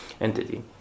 entity